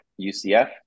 UCF